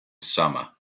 summer